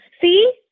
See